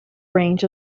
range